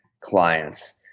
clients